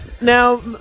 Now